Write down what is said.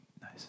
Nice